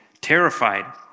terrified